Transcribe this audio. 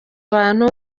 abantu